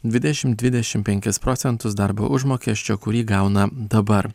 dvidešim dvdešim penkis procentus darbo užmokesčio kurį gauna dabar